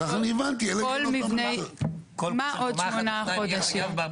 אלא אם כן --- מה עוד שמונה חודשים?